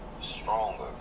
stronger